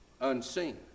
unseen